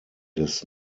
des